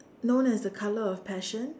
known as the colour of passion